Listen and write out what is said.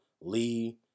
Lee